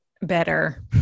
better